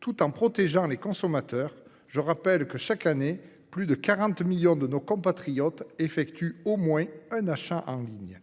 tout en protégeant les consommateurs. Rappelons que, chaque année, plus de 40 millions de nos compatriotes effectuent au moins un achat en ligne.